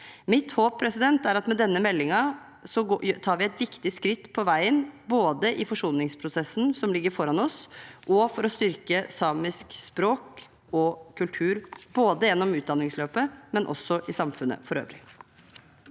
Mitt håp er at med denne meldingen tar vi et viktig skritt på veien både i forsoningsprosessen som ligger foran oss, og for å styrke samisk språk og kultur, både gjennom utdanningsløpet og også i samfunnet for øvrig.